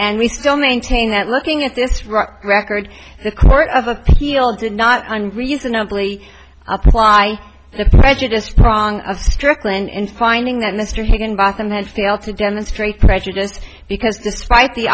and we still maintain that looking at this right record the court of appeal did not unreasonably i apply the prejudiced prong of strickland in finding that mr higginbotham has failed to demonstrate prejudice because despite the